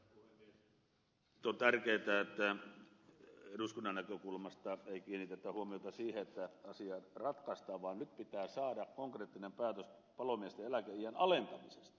nyt on tärkeätä että eduskunnan näkökulmasta ei kiinnitetä huomiota siihen että asia ratkaistaan vaan nyt pitää saada konkreettinen päätös palomiesten eläkeiän alentamisesta